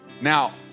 now